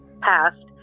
passed